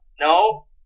no